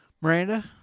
Miranda